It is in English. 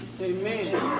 Amen